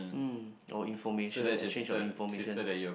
um or information exchange of information